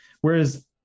Whereas